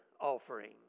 offering